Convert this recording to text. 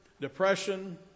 depression